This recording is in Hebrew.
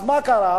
אז מה קרה?